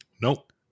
Nope